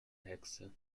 hexe